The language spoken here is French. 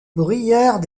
bruyères